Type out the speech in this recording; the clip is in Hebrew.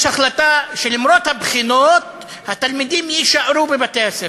יש החלטה שלמרות הבחינות התלמידים יישארו בבתי-הספר.